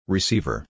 Receiver